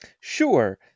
Sure